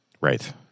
Right